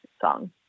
song